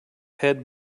head